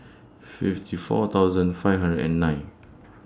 fifty four thousand five hundred and nine